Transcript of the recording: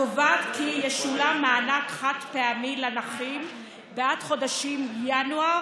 הקובעת כי ישולם מענק חד-פעמי לנכים בעד החודשים ינואר